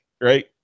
right